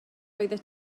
oeddet